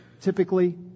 typically